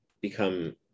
become